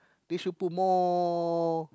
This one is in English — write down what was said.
be should put more